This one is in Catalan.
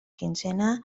quinzena